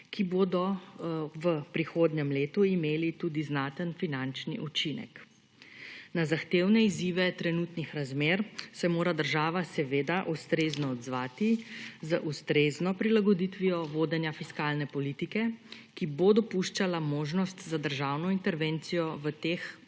ki bodo v prihodnjem letu imeli tudi znaten finančni učinek. Na zahtevne izzive trenutnih razmer se mora država seveda ustrezno odzvati z ustrezno prilagoditvijo vodenja fiskalne politike, ki bo dopuščala možnost za državno intervencijo v teh izrednih